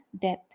death